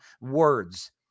words